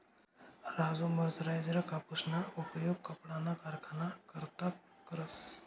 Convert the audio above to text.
Raju mercerised कापूसना उपयोग कपडाना कारखाना करता करस